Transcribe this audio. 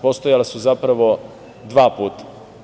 Postojala su zapravo dva puta.